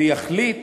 ונחליט